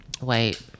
Wait